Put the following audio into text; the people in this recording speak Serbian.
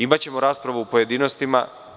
Imaćemo raspravu u pojedinostima.